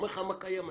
קיים היום.